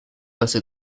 passé